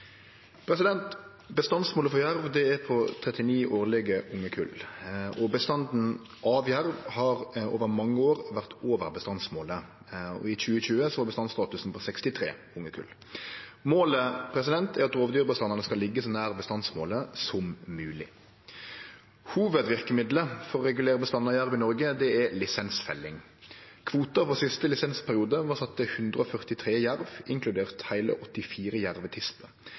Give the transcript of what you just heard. Bestandsmålet for jerv er på 39 årlege ungekull, og bestanden av jerv har over mange år vore over bestandsmålet. I 2020 var bestandsstatusen på 63 ungekull. Målet er at rovdyrbestandane skal liggje så nær bestandsmålet som mogleg. Hovudverkemiddelet for å regulere bestanden av jerv i Noreg er lisensfelling. Kvoter for siste lisensperiode var sett til 143 jerv, inkludert heile 84